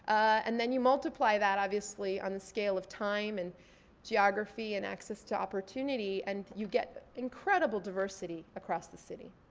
and then you multiply that obviously on the scale of time, and geography, and access to opportunity, and you get incredible diversity across the city.